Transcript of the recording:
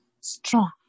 strong